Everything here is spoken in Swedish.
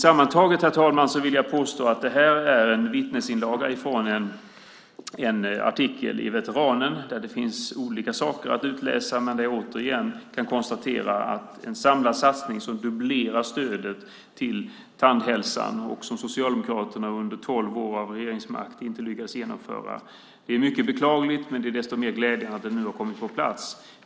Sammantaget, herr talman, vill jag påstå att det här är en vittnesinlaga från en artikel i Veteranen där det finns olika saker att utläsa men där jag återigen kan konstatera att det är en samlad satsning som dubblerar stödet till tandhälsan och som Socialdemokraterna under tolv år av regeringsmakt inte lyckades genomföra. Det är mycket beklagligt, men det är desto mer glädjande att den nu har kommit på plats.